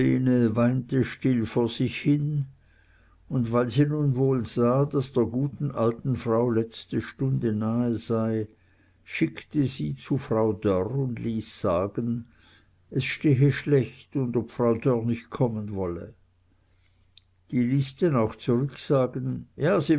still vor sich hin und weil sie nun wohl sah daß der guten alten frau letzte stunde nahe sei schickte sie zu frau dörr und ließ sagen es stehe schlecht und ob frau dörr nicht kommen wolle die ließ denn auch zurücksagen ja sie